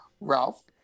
Ralph